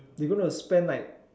they gonna spend like